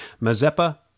Mazeppa